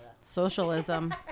Socialism